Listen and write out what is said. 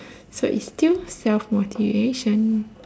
so it's still self motivation